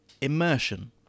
Immersion